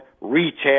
retail